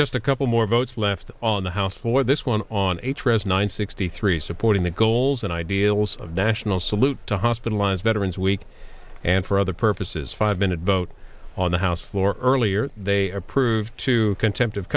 just a couple more votes left on the house floor this one on a dress nine sixty three supporting the goals and ideals of national salute to hospitalized veterans week and for other purposes five minute vote on the house floor earlier they approve to contempt of